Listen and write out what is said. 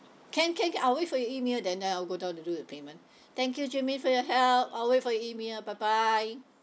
can can can I'll wait for your email then then I will go down to do the payment thank you jermaine for your help I'll wait for your email bye bye